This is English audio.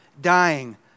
dying